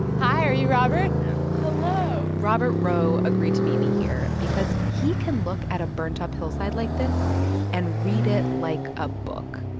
hi. are you robert? yeah hello robert rowe agreed to meet me here because he can look at a burnt up hillside like this and read it like a book.